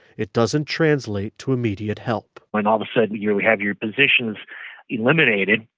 it doesn't translate to immediate help when all of a sudden you have your positions eliminated,